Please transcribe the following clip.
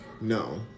No